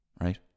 right